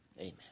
amen